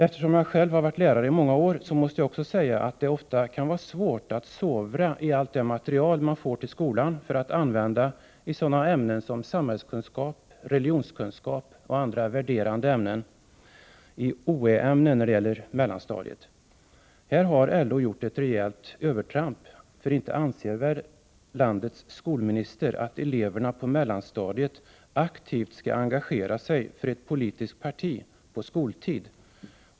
Eftersom jag själv har varit lärare i många år måste jag också säga att det ofta kan vara svårt att sovra i allt det material man får till skolan för att använda i sådana ämnen som samhällskunskap, religionskunskap och andra värderande ämnen liksom i OÄ-ämnen, när det gäller mellanstadiet. Här har LO gjort ett rejält övertramp, för inte anser väl landets skolminister att eleverna på mellanstadiet aktivt skall engagera sig för ett politiskt parti på skoltid?